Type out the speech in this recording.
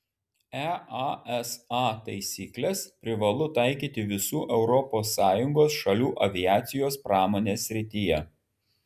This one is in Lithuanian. easa taisykles privalu taikyti visų europos sąjungos šalių aviacijos pramonės srityje